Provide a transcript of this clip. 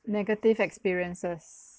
negative experiences